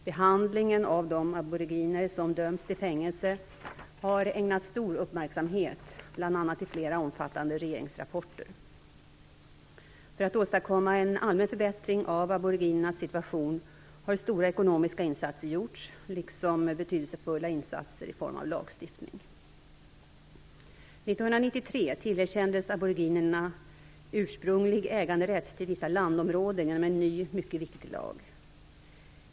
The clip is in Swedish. Behandlingen av de aboriginer som döms till fängelse har ägnats stor uppmärksamhet, bl.a. i flera omfattande regeringsrapporter. För att åstadkomma en allmän förbättring av aboriginernas situation har stora ekonomiska insatser gjorts, liksom betydelsefulla insatser i form av lagstiftning. År 1993 tillerkändes aboriginerna ursprunglig äganderätt till vissa landområden genom en ny, mycket viktig lag.